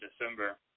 December